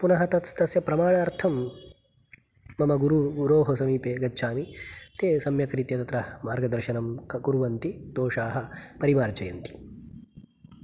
पुनः तस् तस्य प्रमाणार्थं मम गुरु गुरोः समीपे गच्छामि ते सम्यक्रीत्या तत्र मार्गदर्शनं क कुर्वन्ति दोषाः परिमार्जयन्ति